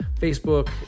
Facebook